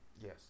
Yes